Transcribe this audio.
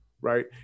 right